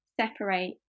separate